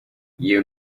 you